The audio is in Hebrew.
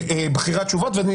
בחירת תשובות וכו'.